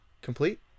Complete